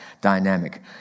dynamic